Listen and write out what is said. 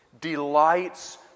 delights